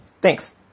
Thanks